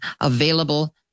available